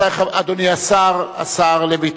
אני קובע שבקשתה של ועדת